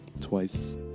twice